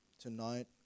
tonight